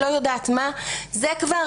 הם כבר